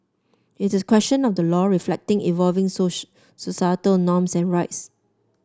it's a question of the law reflecting evolving societal norms and rights